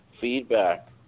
feedback